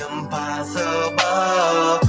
Impossible